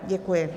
Děkuji.